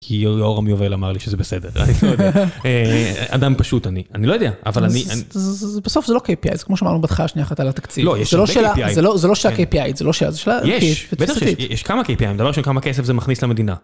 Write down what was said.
יורם יובל אמר לי שזה בסדר, אני לא יודע, אדם פשוט אני, אני לא יודע, אבל אני, בסוף זה לא KPI, זה כמו שאמרנו בהתחלה השנייה אחת על התקציב, זה לא שאלה של KPI, זה לא שה KPI, יש, בטח שיש, כמה KPI, זדבר ראשון כמה כסף זה מכניס למדינה.